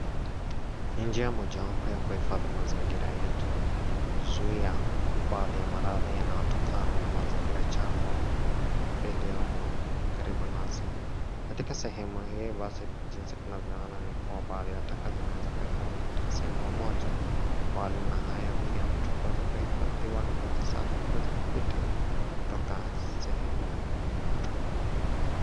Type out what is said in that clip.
Ni njia mojawapo ya kuhifadhi mazingira yetu ili kuzuia baadhi ya maradhi yanayotokana na mazingira chafu iliyomo karibu nasi. Katika sehemu hii basi jinsi tunavyoona ni kuwa baadhi ya taka zimeweza kuhifadhiwa katika semu moja, bali na haya mtu kuweza kuhifadhiwa na maji safi kuweza kupita kutoka sehemu hii.